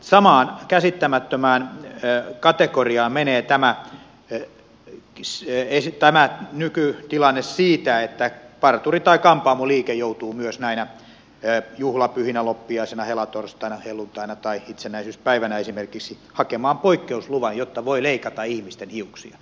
samaan käsittämättömään kategoriaan menee tämä nykytilanne siitä että parturi tai kampaamoliike joutuu myös näinä juhlapyhinä loppiaisena helatorstaina helluntaina tai itsenäisyyspäivänä esimerkiksi hakemaan poikkeusluvan jotta voi leikata ihmisten hiuksia